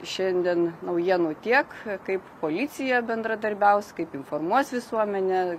šiandien naujienų tiek kaip policija bendradarbiaus kaip informuos visuomenę